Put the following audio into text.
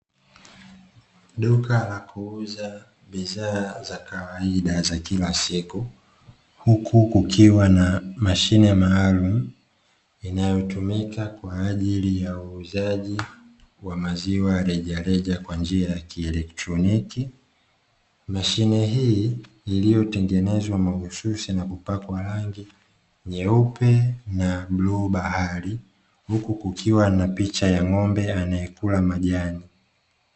Duka la kuuza bidhaa za kawaida za kila siku, huku kukiwa na mashine maalumu, inayotumika kwa ajili ya uuzaji wa maziwa ya rejareja kwa njia ya kielektroniki. Mashine hii iliyotengenezwa mahususi na kupakwa rangi nyeupe na bluu bahari, huku kukiwa na picha ya ng'ombe anayekula majani.